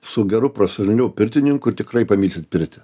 su geru profesionaliu pirtininku ir tikrai pamygsit pirtį